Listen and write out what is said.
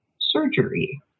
surgery